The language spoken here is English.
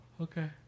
okay